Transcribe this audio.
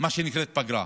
שנקרא פגרה.